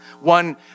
One